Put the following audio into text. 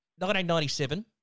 1997